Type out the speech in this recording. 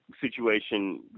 situation